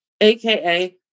AKA